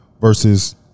versus